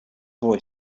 boy